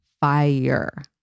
fire